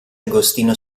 agostino